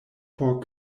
por